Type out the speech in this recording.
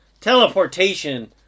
teleportation